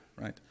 right